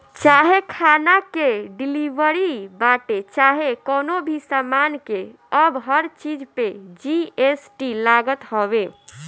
चाहे खाना के डिलीवरी बाटे चाहे कवनो भी सामान के अब हर चीज पे जी.एस.टी लागत हवे